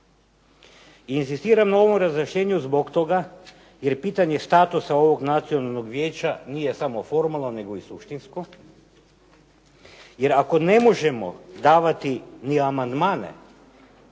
Inzistiram na ovom razrješenju zbog toga jer pitanje statusa ovog Nacionalnog vijeća nije samo formalno, nego i suštinsko jer ako ne možemo davati ni amandmane,